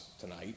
tonight